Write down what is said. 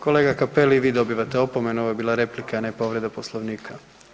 Kolega Cappelli i vi dobivate opomenu, ovo je bila replika, a ne povreda Poslovnika.